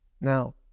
Now